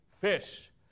fish